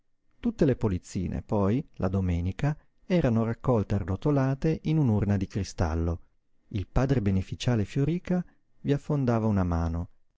tutte le polizzine poi la domenica erano raccolte arrotolate in un'urna di cristallo il padre beneficiale fioríca vi affondava una mano